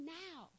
now